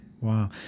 Wow